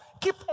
Keep